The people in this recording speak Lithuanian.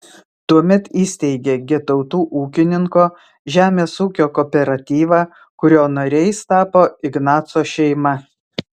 tuomet įsteigė getautų ūkininko žemės ūkio kooperatyvą kurio nariais tapo ignaco šeima